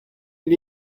and